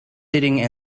sitting